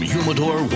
Humidor